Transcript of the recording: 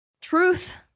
Truth